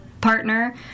partner